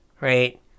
right